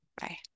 Bye